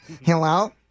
Hello